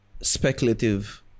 speculative